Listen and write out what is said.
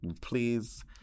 please